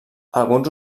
alguns